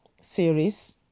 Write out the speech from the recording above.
series